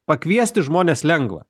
pakviesti žmones lengva